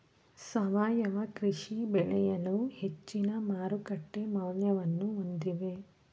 ಸಾವಯವ ಕೃಷಿ ಬೆಳೆಗಳು ಹೆಚ್ಚಿನ ಮಾರುಕಟ್ಟೆ ಮೌಲ್ಯವನ್ನು ಹೊಂದಿವೆ